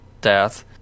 death